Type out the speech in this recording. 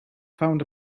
found